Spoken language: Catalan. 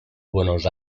buenos